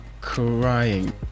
crying